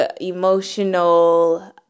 emotional